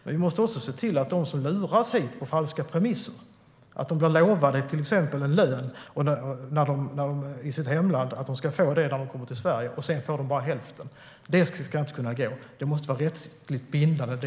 Det ska inte heller gå att lura hit människor på falska premisser. De ska inte bli lovade en lön och sedan få bara hälften när de kommer till Sverige. Det måste vara rättsligt bindande.